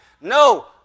No